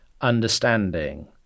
understanding